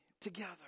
together